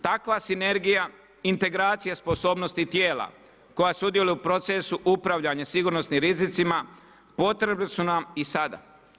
Takva sinergija, integracija sposobnosti tijela koja sudjeluje u procesu upravljanja sigurnosnim rizicima potrebni su nam i sada.